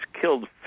killed